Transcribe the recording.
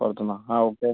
പുറത്തുനിന്നാണോ ആ ഓക്കെ